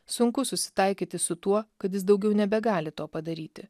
sunku susitaikyti su tuo kad jis daugiau nebegali to padaryti